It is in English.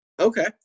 Okay